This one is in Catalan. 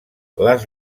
les